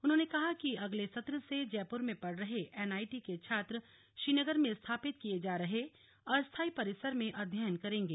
उन्होंने कहा कि अगले सत्र से जयपुर में पढ़ रहे एनआईटी के छात्र श्रीनगर में स्थापित किये जा रहे अस्थायी परिसर में अध्ययन करेंगे